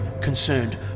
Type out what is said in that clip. concerned